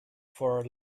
for